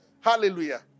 Hallelujah